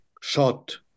shot